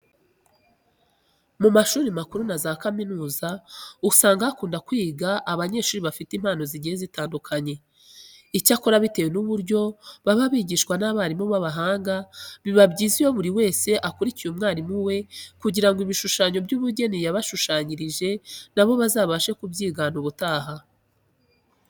Mu mashuri makuru na za kaminuza usanga hakunda kwiga abanyeshuri bafite impano zigiye zitandukanye. Icyakora bitewe n'uburyo baba bigishwa n'abarimu b'abahanga, biba byiza iyo buri wese akurikiye umwarimu we kugira ngo ibishushanyo by'ubugeni yabashushanyirije na bo bazabashe kubyigana ubutaha.